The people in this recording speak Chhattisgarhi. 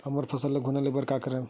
हमर फसल ल घुना ले बर का करन?